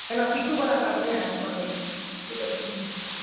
केना पिछु वाला नहि होयत पढ़बै कऽ पिछु कऽ नइहि होयत